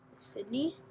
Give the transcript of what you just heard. sydney